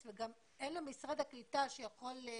וגם אין לו משרד הקליטה שהוא הכתובת,